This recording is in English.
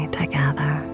together